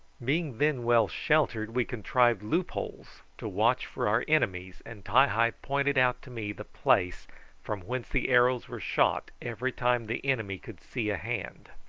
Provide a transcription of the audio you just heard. being then well sheltered we contrived loopholes to watch for our enemies, and ti-hi pointed out to me the place from whence the arrows were shot every time the enemy could see a hand.